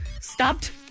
stopped